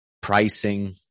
pricing